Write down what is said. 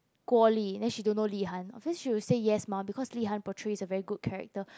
Guoli then she don't know Li-han obviously she will say yes mah because Li-han portrays a very good character